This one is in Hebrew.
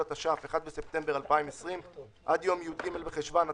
אם לא חלפו 3 שנים ממועד התשלום הראשון לאותו חשבון,